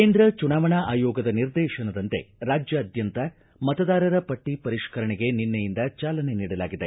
ಕೇಂದ್ರ ಚುನಾವಣಾ ಆಯೋಗದ ನಿರ್ದೇಶನದಂತೆ ರಾಜ್ಯಾದ್ಯಂತ ಮತದಾರರ ಪಟ್ಟಿ ಪರಿಷ್ಠರಣೆಗೆ ನಿನ್ನೆಯಿಂದ ಚಾಲನೆ ನೀಡಲಾಗಿದೆ